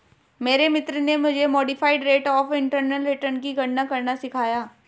मेरे मित्र ने मुझे modified rate of internal return की गणना करना सिखाया